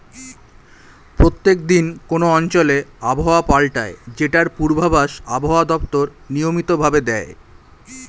প্রত্যেক দিন কোন অঞ্চলে আবহাওয়া পাল্টায় যেটার পূর্বাভাস আবহাওয়া দপ্তর নিয়মিত ভাবে দেয়